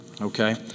Okay